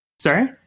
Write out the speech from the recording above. Sorry